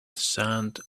sand